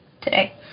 today